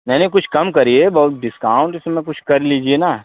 नहीं नहीं कुछ कम करिए बहुत डिस्काउंट इसमें कुछ कर लीजिए ना